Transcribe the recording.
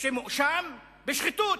שמואשם בשחיתות.